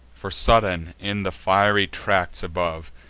for, sudden, in the fiery tracts above,